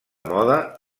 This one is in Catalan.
moda